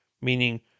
meaning